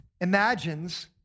imagines